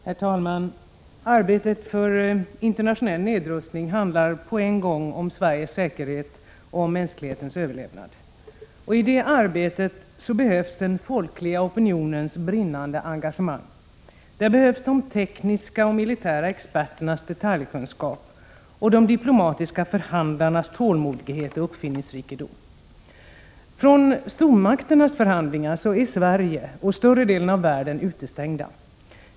Herr talman! Arbetet för internationell nedrustning handlar på en gång om Sveriges säkerhet och om mänsklighetens överlevnad. I det arbetet behövs den folkliga opinionens brinnande engagemang. Där behövs de tekniska och militära experternas detaljkunskap och de diplomatiska förhandlarnas tålmodighet och uppfinningsrikedom. Från stormakternas förhandlingar är Sverige och större delen av världen utestängda.